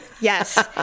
Yes